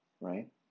right